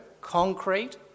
concrete